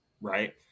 right